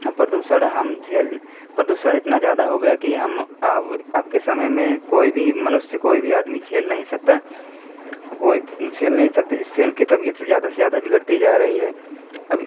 हम प्रदूषण हम झेल प्रदूषण इतना ज़्यादा हो गया कि हम अब अब के समय में कोई भी मनुष्य कोई भी आदमी झेल नहीं सकता कोई झेल नहीं सकता जिससे उनकी तबियत से ज़्यादा से ज़्यादा बिगड़ती जा रही है अभी